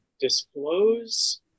disclose